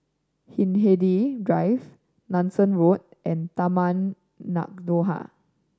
Hindhede Drive Nanson Road and Taman Nakhoda